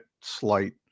slight